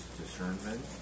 discernment